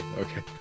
okay